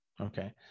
Okay